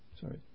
Sorry